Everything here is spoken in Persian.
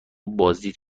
بازدید